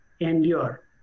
endure